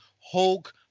Hulk